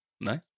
Nice